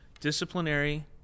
disciplinary